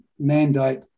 mandate